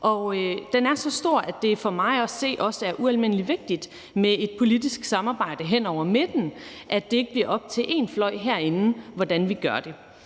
og den er så stor, at det for mig at se også er ualmindelig vigtigt med et politisk samarbejde hen over midten, altså at det ikke bliver op til én fløj herinde, hvordan vi gør det.